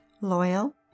loyal